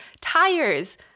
tires